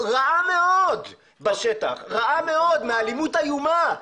רעה מאוד, בשטח, רעה מאד, מאלימות איומה.